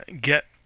get